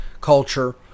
culture